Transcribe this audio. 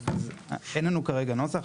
שאין לנו כרגע נוסח,